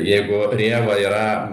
jeigu rėva yra